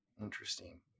Interesting